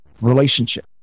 relationship